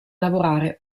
lavorare